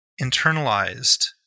internalized